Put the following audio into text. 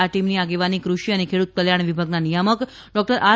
આ ટીમની આગેવાની કૃષિ અને ખેડૂત કલ્યાણ વિભાગના નિયામક ડોકટર આર